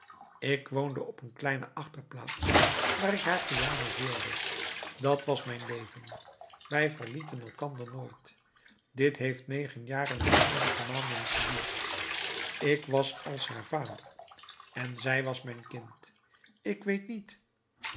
ik woonde op een kleine achterplaats waar ik haar piano hoorde dat was mijn leven wij verlieten elkander nooit dit heeft negen jaar en eenige maanden geduurd ik was als haar vader en zij was mijn kind ik weet niet